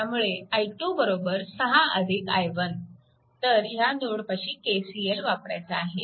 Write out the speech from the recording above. त्यामुळे i2 6 i1 तर ह्या नोडपाशी KCL वापरायचा आहे